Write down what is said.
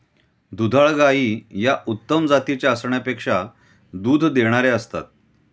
दुधाळ गायी या उत्तम जातीच्या असण्यापेक्षा दूध देणाऱ्या असतात